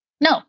No